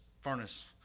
furnace